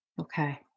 Okay